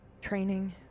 training